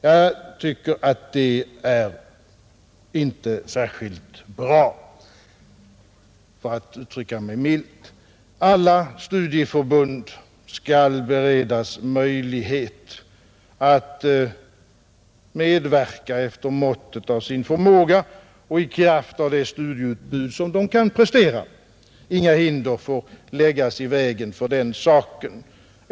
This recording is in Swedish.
Jag tycker inte att det är särskilt bra, för att uttrycka mig milt, Alla studieförbund skall beredas möjlighet att medverka efter måttet av sin förmåga och i kraft av det studieutbud som de kan prestera. Inga hinder får läggas i vägen för den saken.